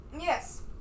yes